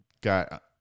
got